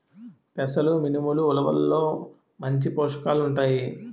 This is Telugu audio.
పెసలు మినుములు ఉలవల్లో మంచి పోషకాలు ఉంటాయి